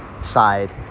side